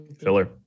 Filler